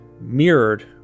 mirrored